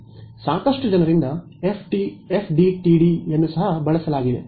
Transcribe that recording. ಸಾಕಷ್ಟು ಜನರಿಂದ ಎಫ್ಡಿಟಿಡಿಯನ್ನು ಸಹ ಬಳಸಲಾಗಿದೆ